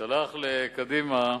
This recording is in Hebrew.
אדוני היושב-ראש,